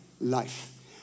life